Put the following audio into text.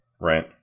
Right